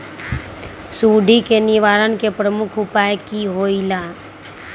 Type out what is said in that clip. सुडी के निवारण के प्रमुख उपाय कि होइला?